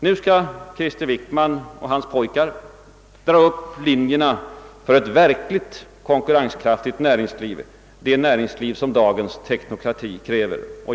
Nu skall Krister Wickman och hans pojkar dra upp linjerna för ett verkligt konkurrenskraftigt näringsliv, det näringsliv som dagens teknokrati behöver.